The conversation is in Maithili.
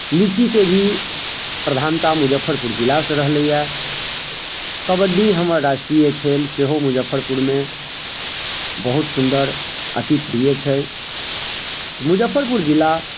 लीचीके भी प्रधानता मुजफ्फरपुर जिलासे रहलैए कबड्डी हमर राष्ट्रीय खेल सेहो मुजफ्फरपुरमे बहुत सुन्दर अति प्रिय छै तऽ मुजफ्फरपुर जिला